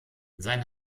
sein